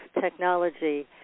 technology